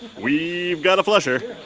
we've got a flusher